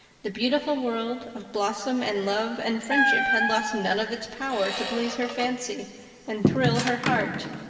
the beautiful world of blossom and love and friendship had lost none of its power to please her fancy and thrill her heart,